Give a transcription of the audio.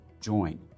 join